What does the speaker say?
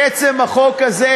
לעצם החוק הזה,